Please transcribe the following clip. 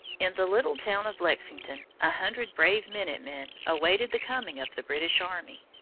in the little town of lexington, a hundred brave minute-men awaited the coming of the british army.